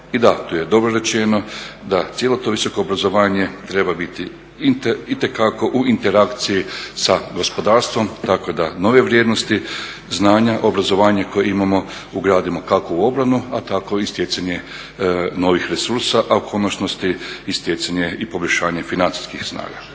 I da, tu je dobro rečeno da cijelo to visoko obrazovanje treba biti itekako u interakciji sa gospodarstvom tako da nove vrijednosti znanja, obrazovanje koje imamo ugradimo kako u obranu, a tako i stjecanje novih resursa, a u konačnosti i stjecanje i poboljšanje financijskih snaga.